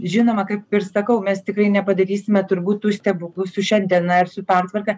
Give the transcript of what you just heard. žinoma kaip ir sakau mes tikrai nepadarysime turbūt tų stebuklų su šiandiena ar su pertvarka